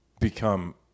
become